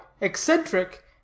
eccentric